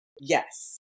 Yes